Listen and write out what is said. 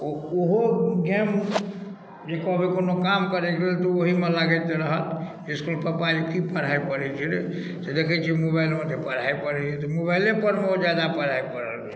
ओ ओहो गेम जे कहबै कोनो काम करैके लेल तऽ ओहीमे लागैत रहत इसकुल पप्पा ई की पढ़ाई पढ़ै छै रौ तऽ देखै छियै मोबाइलमे पढ़ाई पढ़ैयऽ तऽ मोबाइले परमे ओ जादा पढ़ाइ पढ़ै जाइए